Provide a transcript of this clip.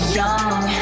young